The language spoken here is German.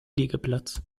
liegeplatz